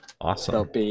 Awesome